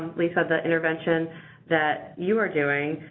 lisa, the intervention that you are doing,